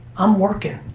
i'm working.